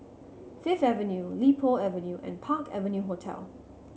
Fifth Avenue Li Po Avenue and Park Avenue Hotel